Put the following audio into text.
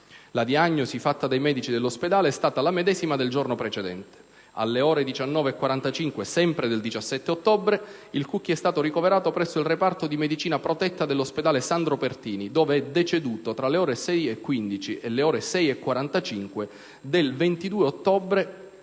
La diagnosi fatta dai medici dell'ospedale è stata la medesima del giorno precedente. Alle ore 19,45, sempre del 17 ottobre, il Cucchi è stato ricoverato presso il reparto di medicina protetta dell'ospedale Sandro Pertini, dove è deceduto tra le ore 6,15 e le ore 6,45 del 22 ottobre,